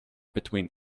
between